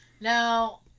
Now